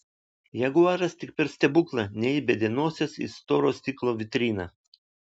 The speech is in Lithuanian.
jaguaras tik per stebuklą neįbedė nosies į storo stiklo vitriną